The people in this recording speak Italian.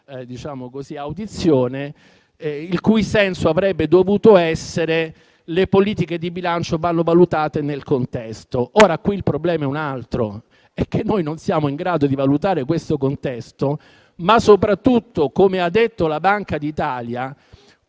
una frase di Keynes il cui senso avrebbe dovuto essere: le politiche di bilancio vanno valutate nel contesto. Qui il problema è un altro: noi non siamo in grado di valutare questo contesto, ma soprattutto, come ha detto la Banca d'Italia,